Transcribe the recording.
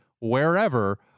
wherever